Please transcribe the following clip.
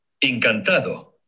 Encantado